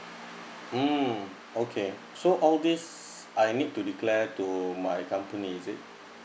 mm okay so all these I need to declare to my company is it